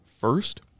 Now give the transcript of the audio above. first